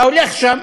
אתה הולך שם,